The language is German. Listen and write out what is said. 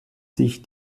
sich